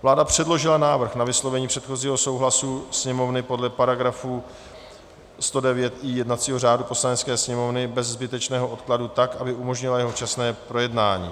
Vláda předložila návrh na vyslovení předchozího souhlasu Sněmovny podle § 109i jednacího řádu Poslanecké sněmovny bez zbytečného odkladu, tak aby umožnila jeho včasné projednání.